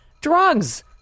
drugs